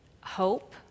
hope